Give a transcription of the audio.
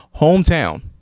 hometown